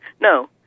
No